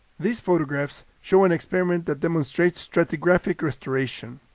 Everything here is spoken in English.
these photographs show an experiment that demonstrates stratigraphic restoration.